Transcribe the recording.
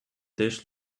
dish